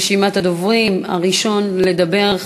רשימת הדוברים: הראשון לדבר,